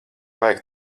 vajag